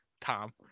Tom